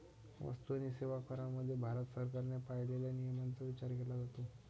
वस्तू आणि सेवा करामध्ये भारत सरकारने पाळलेल्या नियमांचा विचार केला जातो